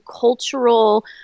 cultural